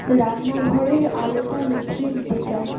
রান্নাঘরের আলোটা নিভিয়ে দিতে চাই